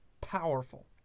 powerful